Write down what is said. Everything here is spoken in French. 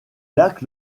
lac